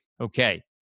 Okay